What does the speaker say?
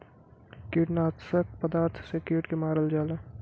कीटनाशक पदार्थ से के कीट के मारल जाला